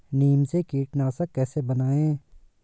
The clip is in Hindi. नीम से कीटनाशक कैसे बनाएं?